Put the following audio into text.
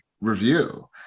review